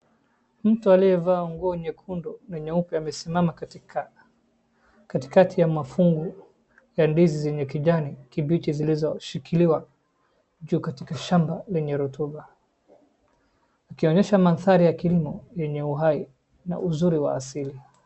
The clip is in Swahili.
Mtu aliyevaa nguo nyekundu na nyeupe amesimama katikati ya mafungu ya ndizi yenye kijani kibichi zilizoshikiliwa ziko kwenye shamba lenye rotuba ikionyesha mandhari ya kilimo yenye uhai na uzuri wa asili.